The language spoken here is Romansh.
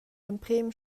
emprem